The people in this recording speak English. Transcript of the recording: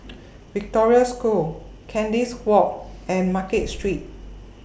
Victoria School Kandis Walk and Market Street